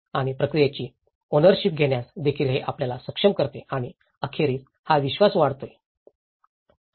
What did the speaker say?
आणि प्रक्रियेची ओनरशिप घेण्यास देखील हे आपल्याला सक्षम करते आणि अखेरीस हा विश्वास वाढेल